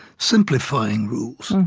simplifying rules.